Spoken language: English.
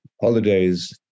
holidays